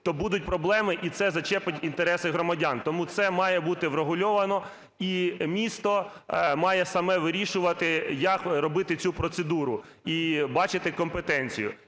то будуть проблеми, і це зачепить інтереси громадян. Тому це має бути врегульовано і місто має саме вирішувати, як робити цю процедуру, і бачити компетенцію.